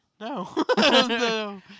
No